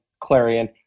Clarion